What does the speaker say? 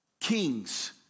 Kings